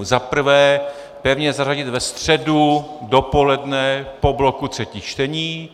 Zaprvé pevně zařadit ve středu dopoledne po bloku třetích čtení.